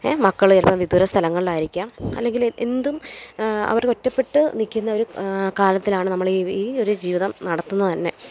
മക്കൾചിലപ്പം വിദൂര സ്ഥലങ്ങളിലായിരിക്കാം അല്ലെങ്കിൽ എന്തും അവർ ഒറ്റപ്പെട്ട് നിൽക്കുന്ന ഒരു കാലത്തിലാണ് നമ്മളീ ഈ ഒരു ജീവിതം നടത്തുന്നത് തന്നെ